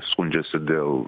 skundžiasi dėl